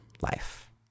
life